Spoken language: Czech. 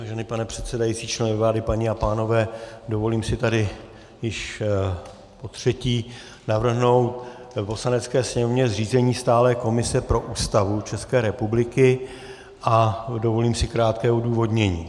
Vážený pane předsedající, členové vlády, paní a pánové, dovolím si tady již potřetí navrhnout Poslanecké sněmovně zřízení stálé komise pro Ústavu České republiky a dovolím si krátké odůvodnění.